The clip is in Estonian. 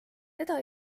teda